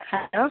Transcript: hello